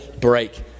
break